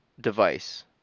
device